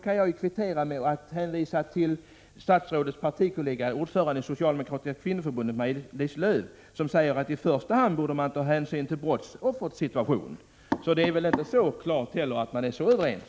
Jag kan då kvittera med att hänvisa till statsrådets partikollega, ordföranden i Socialdemokratiska kvinnoförbundet, Maj-Lis Lööw som säger att man i första hand borde ta hänsyn till brottsoffrets situation. Det är inte helt klart att man är så överens.